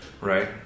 right